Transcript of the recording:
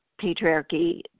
patriarchy